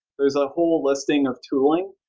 there's a whole listing of tooling.